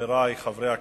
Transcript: חברי חברי הכנסת,